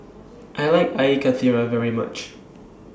I like Air Karthira very much